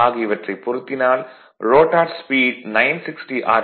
ஆகியவற்றைப் பொருத்தினால் rotor speed 960 R